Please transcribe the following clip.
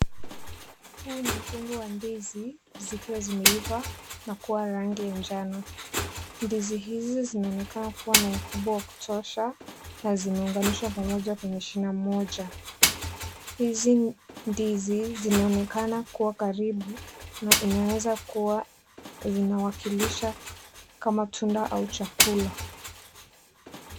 Huu ni mkungu wa ndizi zikiwa zimeiiva na kuwa rangi njano, ndizi hizi zinaonekana kuwa na ukubwa wa kutosha na zimeuganishwa pamoja kwenye shina moja, hizi ndizi zinaonekana kuwa karibu na inaweza kuwa zinawakilisha kama tunda au chakula.